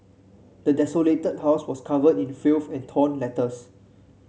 the desolated house was covered in filth and torn letters